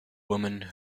women